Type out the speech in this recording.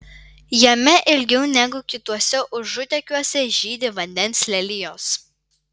jame ilgiau negu kituose užutėkiuose žydi vandens lelijos